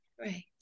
Right